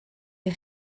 des